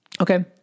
Okay